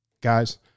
Guys